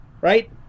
right